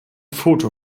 foto